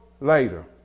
later